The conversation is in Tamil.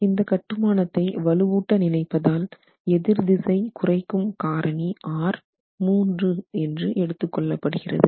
இந்து கட்டுமானத்தை வலுவூட்ட நினைப்பதால் எதிர்திசை குறைக்கும் காரணி R 3 என்று எடுத்து கொள்ளப்படுகிறது